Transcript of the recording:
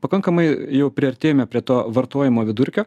pakankamai jau priartėjome prie to vartojimo vidurkio